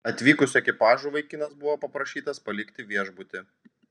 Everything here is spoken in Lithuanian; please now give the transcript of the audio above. atvykus ekipažui vaikinas buvo paprašytas palikti viešbutį